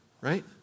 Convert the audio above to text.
right